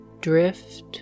drift